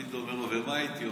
ולפיד אומר לו: ומה איתי?